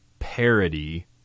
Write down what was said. parody